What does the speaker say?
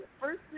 First